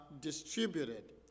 distributed